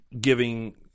giving